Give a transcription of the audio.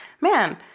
man